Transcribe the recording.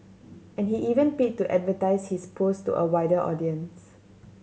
and he even paid to advertise his post to a wider audience